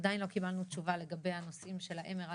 עדיין לא קיבלנו תשובה לגבי הנושאים של ה-MRI